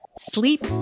sleep